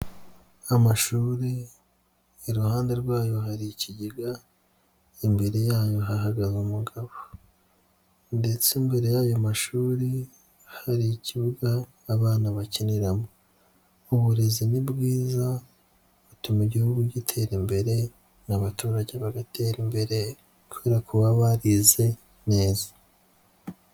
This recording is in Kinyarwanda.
Amashuri iruhande rwayo hari ikigega, imbere yayo hahagaze umugabo ndetse imbere y'ayo mashuri hari ikibuga abana bakiniramo, uburezi ni bwiza butuma Igihugu gitera imbere n'abaturage bagatera imbere kubera ko baba barize neza.